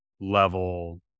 level